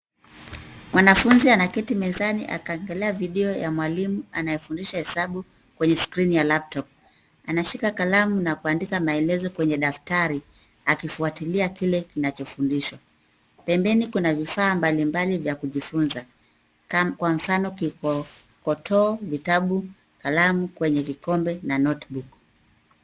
Mwanafunzi anaketi mezani akiangalia video ya mwalimu anayefundisha hesabu kwenye skrini ya laptop . Anashika kalamu na kuandika maelezo kwenye daftari, akifuatilia kile kinachofundishwa. Pembeni kuna vifaa mbalimbali vya kujifunza kwa mfano kikokoto, vitabu, kalamu kwenye kikombe na notebook .